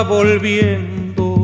volviendo